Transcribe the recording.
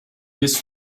this